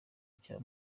bya